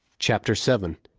chapter seven.